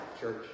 church